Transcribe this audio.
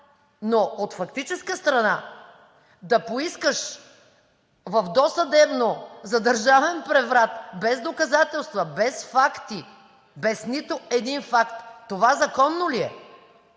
но от фактическа страна да поискаш в досъдебно – за държавен преврат, без доказателства, без факти, без нито един факт, това законно ли е?